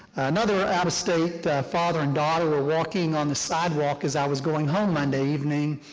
another out-of-state father and daughter were walking on the sidewalk as i was going home monday evening,